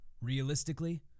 Realistically